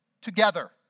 together